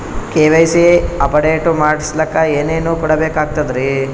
KYC update ಮಾಡಸ್ಲಕ ಏನೇನ ಕೊಡಬೇಕಾಗ್ತದ್ರಿ?